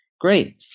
great